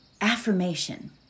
affirmation